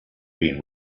been